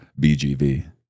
BGV